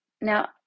Now